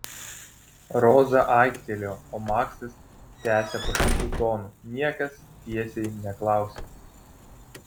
roza aiktelėjo o maksas tęsė pašaipiu tonu niekas tiesiai neklausia